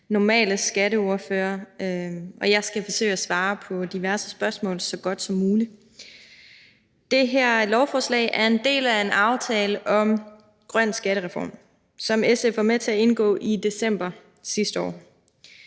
vores skatteordfører, og jeg skal forsøge at svare på diverse spørgsmål så godt som muligt. Det her lovforslag er en del af en aftale om en grøn skattereform, som SF var med til at indgå i december sidste år.